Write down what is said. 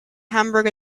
hamburg